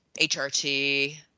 HRT